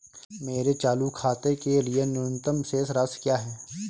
मेरे चालू खाते के लिए न्यूनतम शेष राशि क्या है?